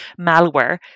malware